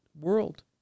world